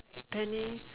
penny